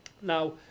Now